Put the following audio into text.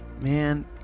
Man